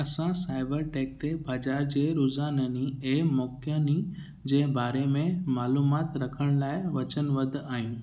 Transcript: असां cyber tech ते बज़ारि जे रुज़ाननी ऐं मोकियानी जे बारे में मालूमाति रखण लाइ वचनबद्ध आहियूं